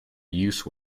use